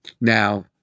Now